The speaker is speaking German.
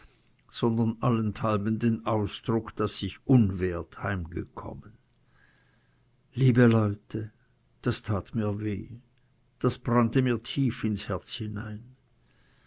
sondern allenthalben den ausdruck daß ich unwert heimgekommen liebe leute das tat mir weh das brannte mir tief ins herz hinein